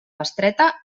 bestreta